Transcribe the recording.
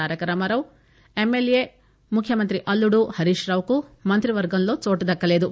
Taraka Rama Rao MLA ముఖ్యమంత్రి అల్లుడు హరీష్ రావుకు మంత్రివర్గంలో చోటు దక్కలేదు